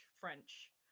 french